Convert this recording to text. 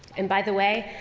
and by the way,